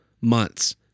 months